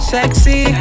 Sexy